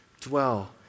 dwell